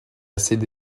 cédé